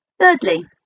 Thirdly